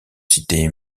citer